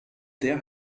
der